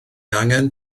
angen